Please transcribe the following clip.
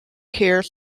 care